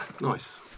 Nice